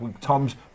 Tom's